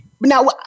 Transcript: now